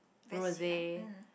very sweet one mm